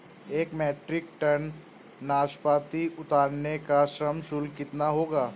एक metric ton नाशपाती उतारने का श्रम शुल्क कितना होगा?